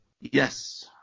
yes